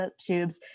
tubes